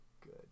good